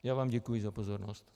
Já vám děkuji za pozornost.